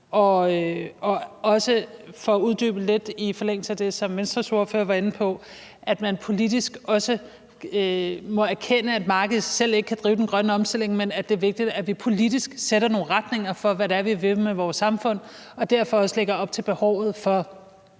og også – for at uddybe lidt i forlængelse af det, som Venstres ordfører var inde på – at man politisk må erkende, at markedet selv ikke kan drive den grønne omstilling, men at det er vigtigt, at vi politisk sætter nogle retninger for, hvad det er, vi vil med vores samfund, og derfor også lægger op til behovet for